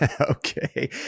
Okay